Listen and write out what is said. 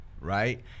right